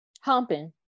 humping